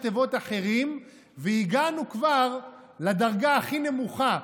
תיבות אחרים והגענו כבר לדרגה הכי נמוכה,